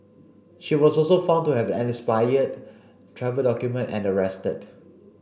she was also found to have an expired travel document and arrested